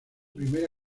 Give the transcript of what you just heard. primera